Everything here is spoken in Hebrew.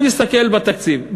אני מסתכל בתקציב.